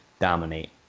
dominate